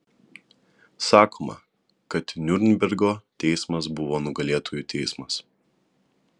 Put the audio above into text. sakoma kad niurnbergo teismas buvo nugalėtojų teismas